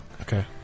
Okay